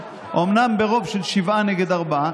אומנם ברוב של שבעה נגד ארבעה,